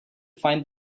find